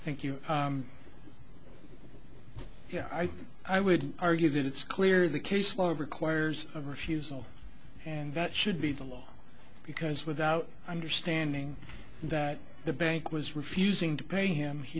thank yeah i think i would argue that it's clear the case law requires a refusal and that should be the law because without understanding that the bank was refusing to pay him he